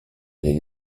les